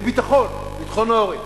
לביטחון, ביטחון העורף.